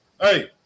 hey